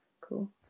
cool